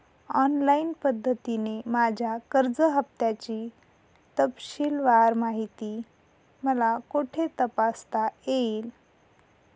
Online पद्धतीने माझ्या कर्ज हफ्त्याची तपशीलवार माहिती मला कुठे तपासता येईल?